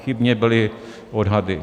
Chybně byly odhady.